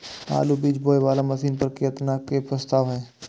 आलु बीज बोये वाला मशीन पर केतना के प्रस्ताव हय?